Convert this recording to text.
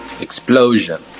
Explosion